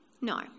No